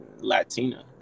latina